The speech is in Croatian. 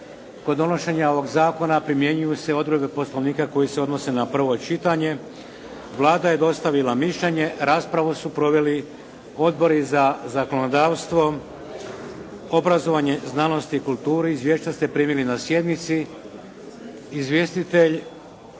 Kod donošenja ovoga zakona primjenjuju se odredbe Poslovnika koje se odnose na prvo čitanje. Vlada je dostavila mišljenje. Raspravu su proveli Odbori za zakonodavstvo, obrazovanje, znanost i kulturu. Izvješća ste primili na sjednici. Izvjestitelj,